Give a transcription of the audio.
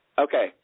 Okay